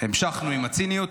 המשכנו עם הציניות.